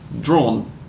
drawn